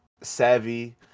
savvy